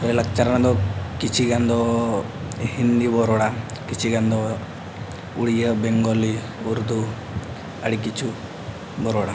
ᱞᱟᱭᱼᱞᱟᱠᱪᱟᱨ ᱨᱮᱱᱟᱜ ᱫᱚ ᱠᱤᱪᱷᱩᱜᱟᱱ ᱫᱚ ᱦᱤᱱᱫᱤ ᱵᱚᱱ ᱨᱚᱲᱟ ᱠᱤᱪᱷᱩ ᱜᱟᱱ ᱫᱚ ᱩᱲᱤᱭᱟᱹ ᱵᱮᱝᱜᱚᱞᱤ ᱩᱨᱫᱩ ᱟᱹᱰᱤ ᱠᱤᱪᱷᱩ ᱵᱚᱱ ᱨᱚᱲᱟ